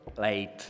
late